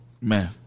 Man